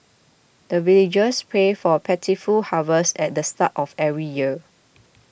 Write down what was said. the villagers pray for plentiful harvest at the start of every year